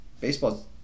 Baseball